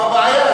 מה הבעיה?